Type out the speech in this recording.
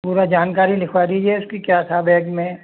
पूरा जानकारी लिखवा दीजिए उसकी क्या था बैग में